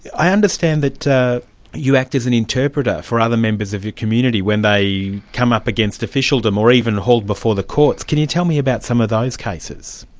i understand that you act as an interpreter for other members of your community, when they come up against officialdom, or even hauled before the courts. can you tell me about some of those cases?